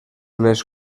les